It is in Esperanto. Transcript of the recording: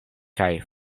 kaj